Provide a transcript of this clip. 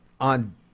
on –